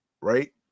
right